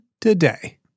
today